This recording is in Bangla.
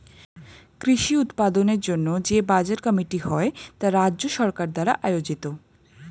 কৃষি উৎপাদনের জন্য যে বাজার কমিটি হয় তা রাজ্য সরকার দ্বারা আয়োজিত